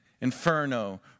Inferno